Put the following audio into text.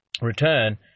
return